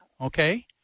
Okay